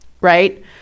right